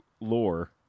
lore